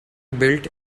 build